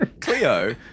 Cleo